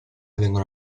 vengono